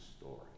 story